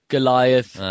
Goliath